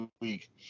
week